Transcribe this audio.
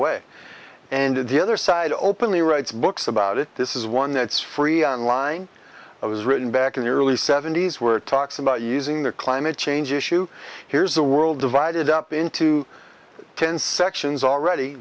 way and the other side openly writes books about it this is one that's free on line it was written back in the early seventies were talks about using the climate change issue here's the world divided up into ten sections already